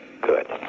Good